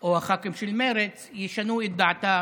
או הח"כים של מרצ, ישנו את דעתם,